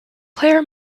player